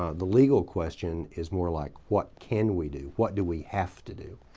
ah the legal question is more like what can we do? what do we have to do?